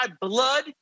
blood